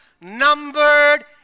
numbered